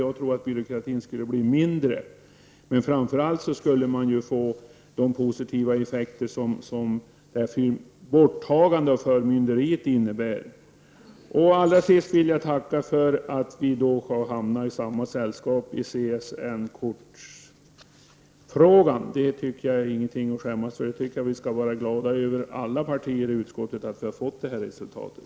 Jag tror att byråkratin skulle bli mindre om prövningen slopades, men framför allt skulle man få de positiva effekter som ett borttagande av förmynderiet innebär. Allra sist vill jag tacka för att vi har hamnat i samma sällskap när det gäller frågan om CSN-kort. Det är inte någonting att skämmas för. Jag tycker att alla partier i utskottet skall vara glada över att vi har nått det här resultatet.